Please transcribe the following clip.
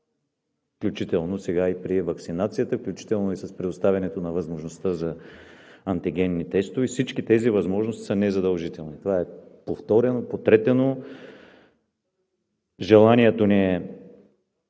включително и при ваксинацията, включително и с предоставянето на възможността за антигенни тестове. Всички тези възможности са незадължителни и това е повторено и потретено. Желанието ни е